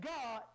God